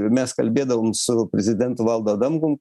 mes kalbėdavom su prezidentu valdu adamkum